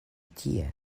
tie